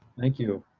thank you.